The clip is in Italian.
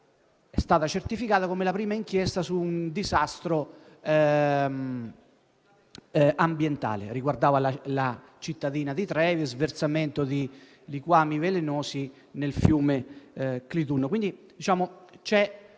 è stata certificata come la prima inchiesta su un disastro ambientale, riguardante la cittadina di Trevi e lo sversamento di liquami velenosi nel fiume Clitunno.